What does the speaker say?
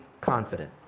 confident